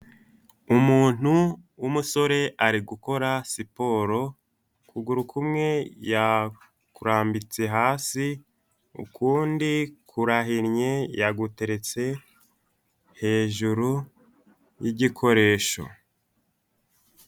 Umuntu w'umusore ari gukora siporo ukuguru kumwe yakurambitse hasi ukundi kurahinnye yaguteretse hejuru y'igikoresho.